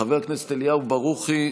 חבר הכנסת אליהו ברוכי,